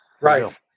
right